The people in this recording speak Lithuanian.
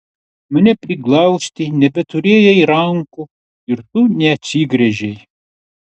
mane priglausti nebeturėjai rankų ir tu neatsigręžei